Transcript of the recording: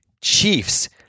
Chiefs